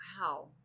Wow